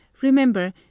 Remember